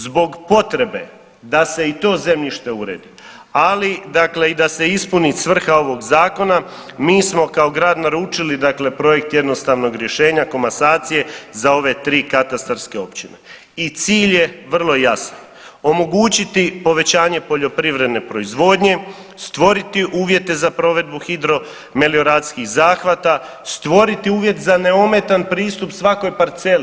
Zbog potrebe da se i to zemljište uredi, ali dakle da se i ispuni svrha ovog zakona mi smo kao grad naručili, dakle projekt jednostavnog rješenja, komasacije za ove tri katastarske općine i cilj je vrlo jasan omogućiti povećanje poljoprivredne proizvodnje, stvoriti uvjete za provedbu hidro melioracijskih zahvata, stvoriti uvjet za neometan pristup svakoj parceli.